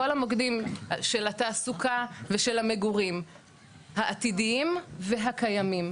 כל המוקדים של התעסוקה ושל המגורים העתידיים והקיימים,